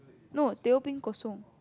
no teh o peng ko-song